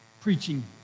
preaching